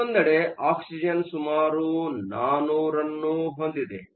ಮತ್ತೊಂದೆಡೆ ಆಕ್ಸಿಜನ್ ಸುಮಾರು 400 ನ್ನು ಹೊಂದಿದೆ